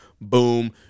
boom